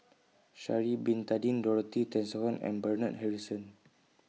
Shari Bin Tadin Dorothy Tessensohn and Bernard Harrison